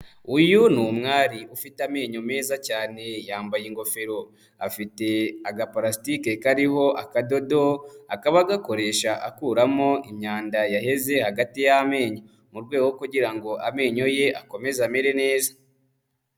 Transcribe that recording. Uyu ni umwari ufite amenyo meza cyane, yambaye ingofero, afite agapalastike kariho akadodo, akaba agakoresha akuramo imyanda yaheze hagati y'amenyo, mu rwego rwo kugira ngo amenyo ye akomeze amere neza.